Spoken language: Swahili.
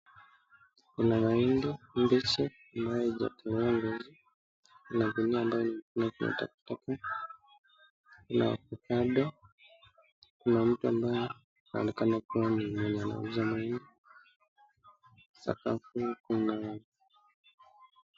Kuna mahindi mbichi ambayo ijakomaa vizuri, kuna ngunia ambayo imewekwa hapo, kuna ovakado, kuna mtu ambaye anaonekana kuwa ni mwenye anauza mahindi, sakafuni kuna.